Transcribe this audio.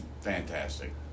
fantastic